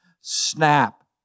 Snap